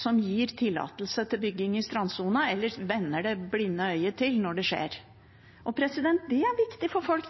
som gir tillatelse til bygging i strandsona, eller som vender det blinde øyet til når det skjer. Det er viktig for folk.